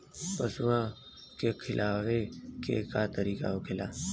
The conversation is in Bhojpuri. पशुओं के खिलावे के का तरीका होखेला?